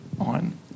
on